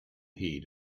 heat